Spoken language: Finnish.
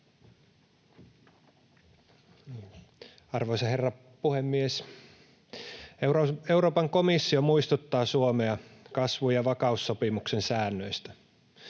Arvoisa herra puhemies! Euroopan komissio muistuttaa Suomea kasvu- ja vakaussopimuksen säännöistä